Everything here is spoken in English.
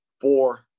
four